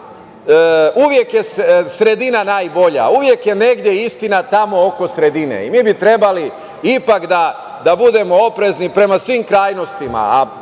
uvek je sredina najbolja. Uvek je negde istina tamo oko sredine. I mi bi trebali ipak da budemo oprezni prema svim krajnostima,